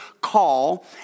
call